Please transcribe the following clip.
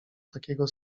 takiego